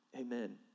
amen